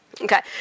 Okay